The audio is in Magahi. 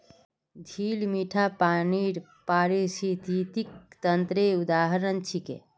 झील मीठा पानीर पारिस्थितिक तंत्रेर उदाहरण छिके